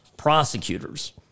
prosecutors